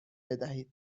بدهید